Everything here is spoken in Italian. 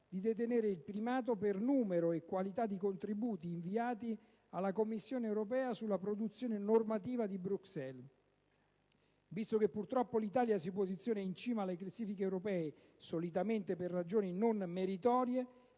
di detenere il primato per numero e qualità dei contributi inviati alla Commissione europea sulla produzione normativa di Bruxelles. Visto che purtroppo l'Italia si posiziona in cima alle classifiche europee solitamente per ragioni non meritorie,